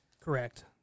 Correct